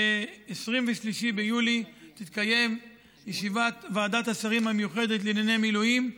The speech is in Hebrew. ב-23 ביולי תתקיים ישיבת ועדת השרים המיוחדת לענייני מילואים.